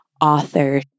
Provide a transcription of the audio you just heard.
author